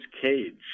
Cage